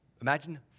Imagine